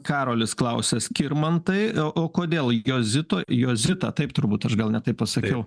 karolis klausia skirmantai o o kodėl jozito jozita taip turbūt aš gal ne taip pasakiau